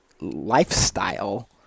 lifestyle